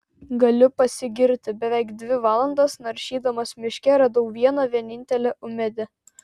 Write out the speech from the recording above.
galiu pasigirti beveik dvi valandas naršydamas miške radau vieną vienintelę ūmėdę